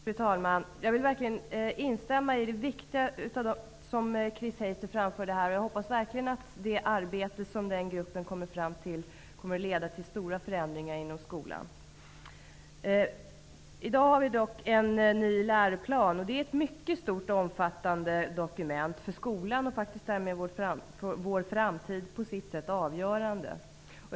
Fru talman! Jag vill verkligen instämma i det viktiga resonemang som Chris Heister framförde här. Jag hoppas verkligen att det arbete som arbetsgruppen kommer fram till kommer att leda till stora förändringar inom skolan. I dag har vi dock att diskutera en ny läroplan för grundskolan. Den utgör ett mycket stort och omfattande dokument för skolan och är därmed även på sitt sätt avgörande för vår framtid.